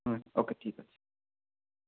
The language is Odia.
ହଁ ଓକେ ଠିକ୍ ଅଛି